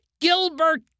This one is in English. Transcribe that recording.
Gilbert